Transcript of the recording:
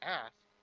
ask